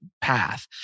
path